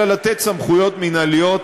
אלא לתת סמכויות מינהליות